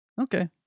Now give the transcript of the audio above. Okay